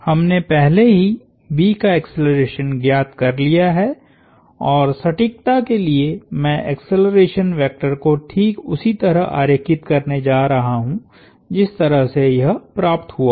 हमने पहले ही B का एक्सेलरेशन ज्ञात कर लिया है और सटीकता के लिए मैं एक्सेलरेशन वेक्टर को ठीक उसी तरह आरेखित करने जा रहा हूं जिस तरह से यह प्राप्त हुआ था